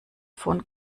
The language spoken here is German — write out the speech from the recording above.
von